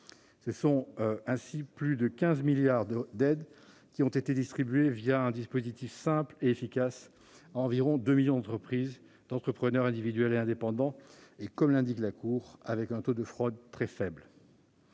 montant de plus de 15 milliards d'euros ont ainsi été distribuées, un dispositif simple et efficace, à quelque 2 millions d'entreprises et d'entrepreneurs individuels et indépendants, et, comme l'indique la Cour des comptes, avec un taux de fraude très faible.